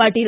Patil